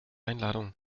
einladung